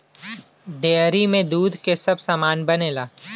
dairy में दूध क सब सामान बनेला